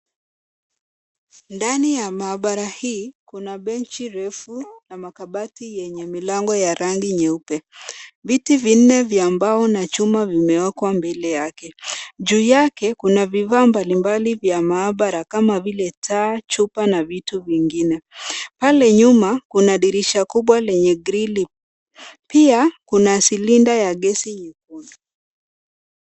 Ndani ya mahabara hii, kuna benchi refu na makabati yenye milango ya rangi nyeupe. Viti vinne vya mbao na chuma vimewekwa mbele yake. Juu yake kuna vifaa mbalimbali vya mahabara kama vile taa, chupa na vitu vingine. Pale nyuma kuna dirisha kubwa lenye grili, pia kuna silinda ya gesi nyuma.